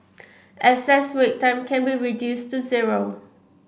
excess wait time can be reduced to zero